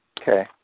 Okay